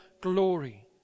glory